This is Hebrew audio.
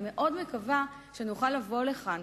אני מאוד מקווה שאוכל לבוא לכאן,